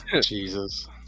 Jesus